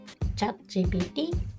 ChatGPT